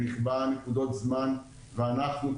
נקבע נקודות זמן ואנחנו,